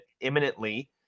imminently